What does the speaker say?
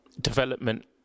development